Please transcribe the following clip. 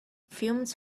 fumes